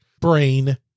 brain